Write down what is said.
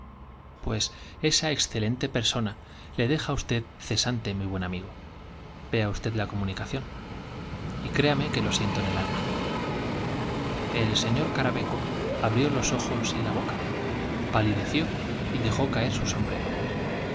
pues esa excelente persona le deja á usted cesante mi buen amigo vea usted la comunicación y créame que lo siento en el alma el sr caraveco abrió los ojos y la boca palideció y dejó caer su sombrero